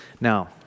Now